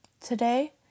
Today